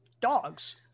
dogs